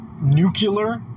nuclear